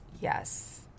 Yes